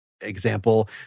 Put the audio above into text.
example